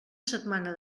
setmana